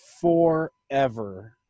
forever